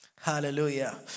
Hallelujah